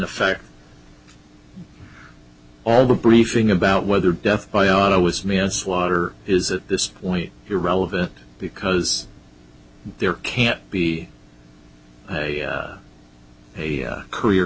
effect all the briefing about whether death by auto was manslaughter is at this point irrelevant because there can't be a